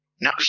No